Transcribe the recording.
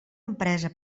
empresa